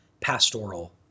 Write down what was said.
pastoral